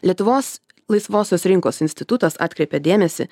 lietuvos laisvosios rinkos institutas atkreipia dėmesį